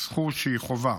זכות שהיא חובה,